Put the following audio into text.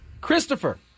Christopher